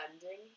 bending